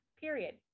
Period